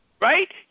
Right